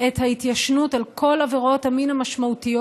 את ההתיישנות על כל עבירות המין המשמעותיות,